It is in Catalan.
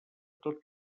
tot